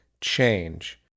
change